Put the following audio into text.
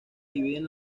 dividen